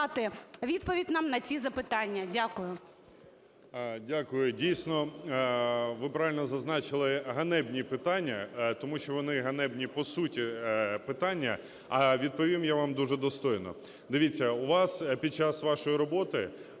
Дякую. Дійсно, ви правильно зазначили, ганебні питання, тому що вони ганебні по суті питання. А відповім я вам дуже достойно. Дивіться, у вас під час вашої роботи